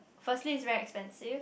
firstly is very expensive